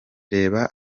reba